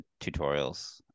tutorials